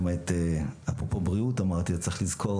אפרופו בריאות, צריך לזכור